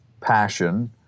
passion